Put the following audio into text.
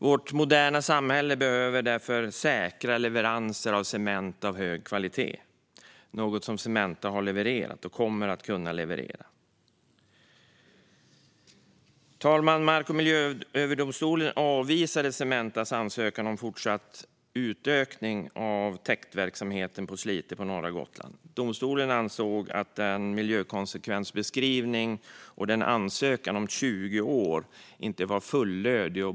Vårt moderna samhälle behöver alltså säkra leveranser av cement av hög kvalitet - något som Cementa har levererat och kommer att kunna leverera. Herr talman! Mark och miljööverdomstolen avvisade Cementas ansökan om att fortsätta och utöka täktverksamheten i Slite på norra Gotland. Domstolen ansåg att miljökonsekvensbeskrivningen och ansökan om tillstånd för 20 år inte var fullödig.